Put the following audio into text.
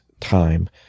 time